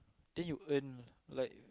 then you earn like